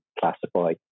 classify